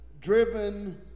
driven